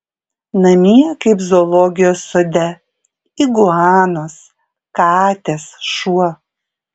namie kaip zoologijos sode iguanos katės šuo